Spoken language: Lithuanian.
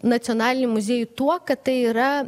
nacionalinį muziejų tuo kad tai yra